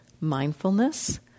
mindfulness